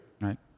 Right